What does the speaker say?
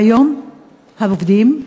והיום העובדים,